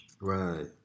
Right